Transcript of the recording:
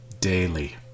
daily